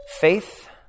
Faith